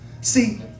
See